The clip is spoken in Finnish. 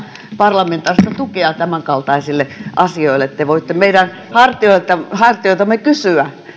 parlamentaarista tukea tämänkaltaisille asioille te voitte meidän hartioiltamme hartioiltamme kysyä